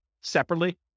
separately